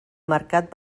mercat